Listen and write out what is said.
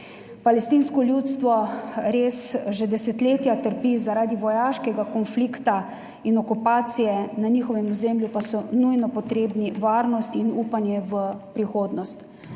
Palestinsko ljudstvo res že desetletja trpi zaradi vojaškega konflikta in okupacije, na njihovem ozemlju pa so nujno potrebni varnost in upanje v prihodnost.